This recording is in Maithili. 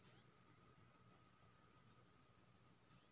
मसूर के कीट के नियंत्रण के उपाय की छिये?